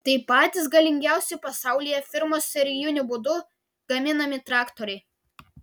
tai patys galingiausi pasaulyje firmos serijiniu būdu gaminami traktoriai